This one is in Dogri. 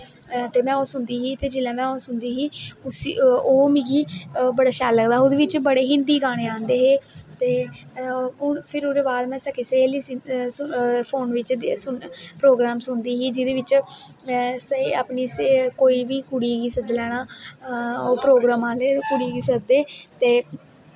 ते में ओह् सुनदी ही ते जिसलै में ओह् सुनदी ही ते ओह् मिगी ओह् मिगी बड़ा शैल लगदा हा ओह्दै बिच्च बड़े हिन्दी गाने आंदे हे ते हून फिर में सखी सहेली फोन बिच्च प्रोग्राम सुनदी ही जेह्दे बिच्च अपनी कोई बी कुड़ी गी सद्दी लैना ओह् प्रोग्राम आह्ले कुड़ी गा सददे ते